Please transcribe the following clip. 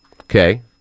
Okay